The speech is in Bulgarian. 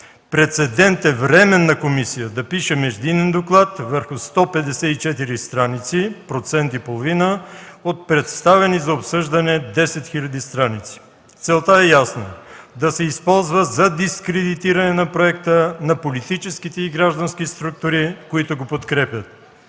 Прецедент е временна комисия да пише междинен доклад върху 154 страници – процент и половина, от представени за обсъждане 10 000 страници. Целта е ясна – да се използва за дискредитиране на проекта, на политическите и граждански структури, които го подкрепят.